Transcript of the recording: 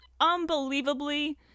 unbelievably